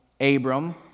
Abram